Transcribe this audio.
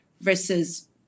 versus